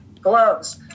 gloves